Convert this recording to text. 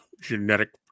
genetic